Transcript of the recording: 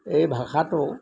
এই ভাষাটো